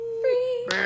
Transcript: Free